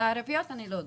לגבי הערביות אני לא דואגת.